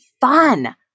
fun